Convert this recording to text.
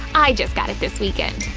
i just got it this weekend.